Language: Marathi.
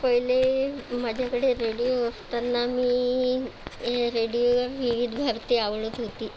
पहिले माझ्याकडे रेडिओ असताना मी रेडिओवर विविध भारती आवडत होती